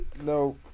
No